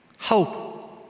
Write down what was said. hope